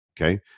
Okay